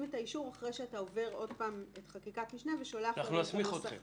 את האישור עוד פעם את חקיקת המשנה ושולח לנו את הנוסח